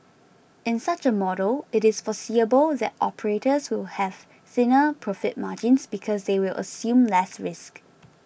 in such a model it is foreseeable that operators will have thinner profit margins because they will assume less risk